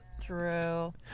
True